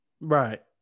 Right